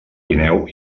guineu